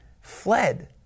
fled